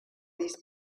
these